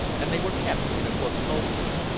and they were kept in a portfolio.